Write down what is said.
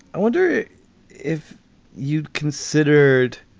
i wonder if you'd considered